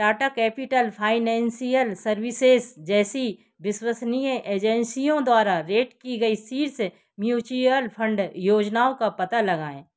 Tata capital financial services जैसी विश्वसनीय एजेंसियों द्वारा रेट की गई शीर्ष म्युचुअल फ़ंड योजनाओं का पता लगाएँ